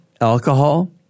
alcohol